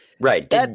Right